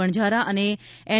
વણઝારા અને એન